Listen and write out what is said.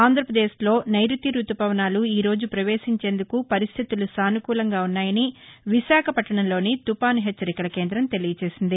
ఆంధ్రాపదేశ్లో నైరుతి రుతుపవనాలు ఈరోజు ప్రవేశించేందుకు పరిస్థితులు సానుకూలంగా వున్నాయని విశాఖపట్షణంలోని తుపాను హెచ్చరికల కేంద్రం తెలియజేసింది